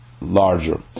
larger